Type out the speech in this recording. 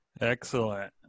Excellent